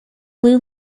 blue